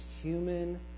human